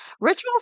Ritual